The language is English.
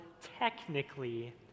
technically